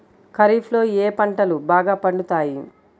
ఖరీఫ్లో ఏ పంటలు బాగా పండుతాయి?